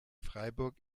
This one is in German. freiburg